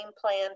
plan